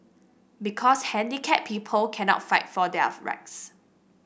because handicapped people cannot fight for their rights